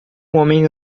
homem